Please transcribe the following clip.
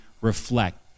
reflect